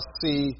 see